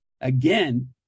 again